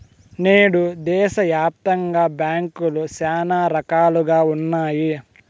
నేడు దేశాయాప్తంగా బ్యాంకులు శానా రకాలుగా ఉన్నాయి